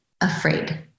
afraid